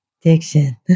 Diction